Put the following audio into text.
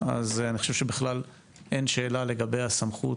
- אני חושב בכלל אין שאלה לגבי הסמכות